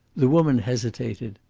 the woman hesitated.